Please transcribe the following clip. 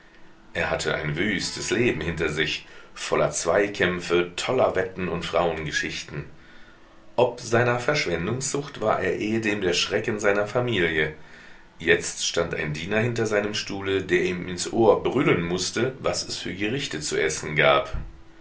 er hatte ein wüstes leben hinter sich voller zweikämpfe toller wetten und frauengeschichten ob seiner verschwendungssucht war er ehedem der schrecken seiner familie jetzt stand ein diener hinter seinem stuhle der ihm ins ohr brüllen mußte was es für gerichte zu essen gab